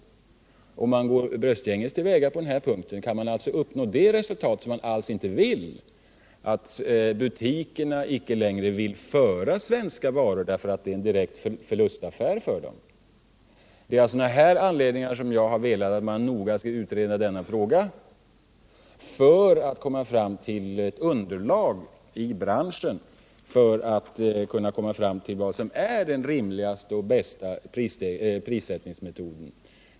Om man går bröstgänges till väga på denna punkt kan man alltså uppnå det resultat som man alls inte vill uppnå: att butikerna icke längre vill föra svenska varor därför att det är en direkt förlustaffär för dem. Det är alltså av sådana här anledningar som jag har velat att man noggrant skall utreda denna fråga, så att branschen skall kunna få ett underlag för att komma fram till vad som är den rimligaste och bästa prissättningsmetoden.